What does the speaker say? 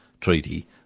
treaty